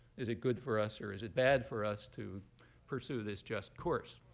is it good for us or is it bad for us to pursue this just course?